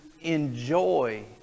enjoy